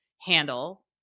handle